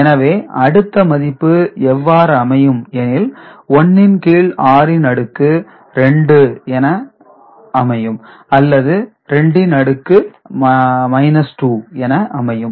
எனவே அடுத்த மதிப்பு எவ்வாறு அமையும் எனில் 1 இன் கீழ் r இன் அடுக்கு 2 என அல்லது r இன் அடுக்கு 2 என அமையும்